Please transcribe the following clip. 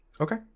Okay